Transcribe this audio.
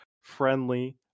friendly